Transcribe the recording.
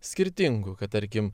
skirtingų kad tarkim